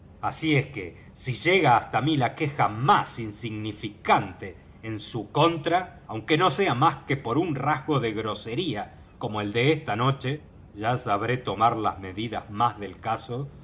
así es que si llega hasta mí la queja más insignificante en su contra aunque no sea más que por un rasgo de grosería como el de esta noche ya sabré tomar las medidas más del caso